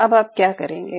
अब आप क्या करेंगे